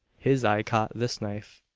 his eye caught this knife,